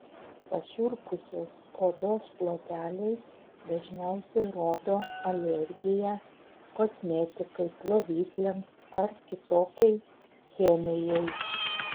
pašiurpusios odos ploteliai dažniausiai rodo alergiją kosmetikai plovikliams ar kitokiai chemijai